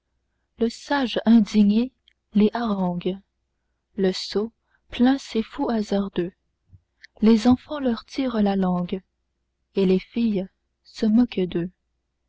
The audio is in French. le sage indigné les harangue le sot plaint ces fous hasardeux les enfants leur tirent la langue et les filles se moquent d'eux